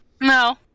no